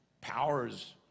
powers